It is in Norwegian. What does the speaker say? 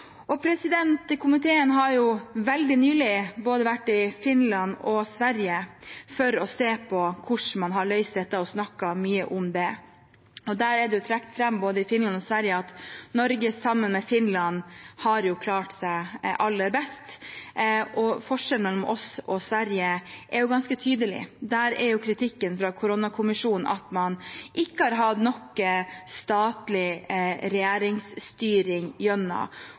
Komiteen har veldig nylig vært i både Finland og Sverige for å se på hvordan man har løst dette, og snakket mye om det. Da ble det trukket fram både i Finland og Sverige at Norge sammen med Finland har klart seg aller best, og forskjellene mellom oss og Sverige er ganske tydelige. Der er kritikken fra Koronakommisjonen at man ikke har hatt nok statlig regjeringsstyring,